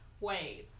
Waves